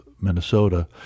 Minnesota